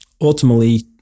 Ultimately